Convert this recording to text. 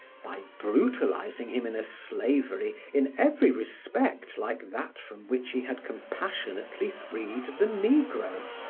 by brutalizing him in a slavery in every respect like that from which he had compassionately freed the negro,